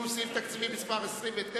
שהוא סעיף תקציבי מס' 29,